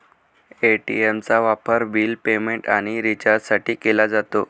पे.टी.एमचा वापर bill payment आणि रिचार्जसाठी केला जातो